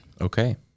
Okay